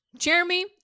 Jeremy